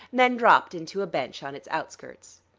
then dropped into a bench on its outskirts.